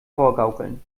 vorgaukeln